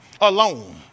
Alone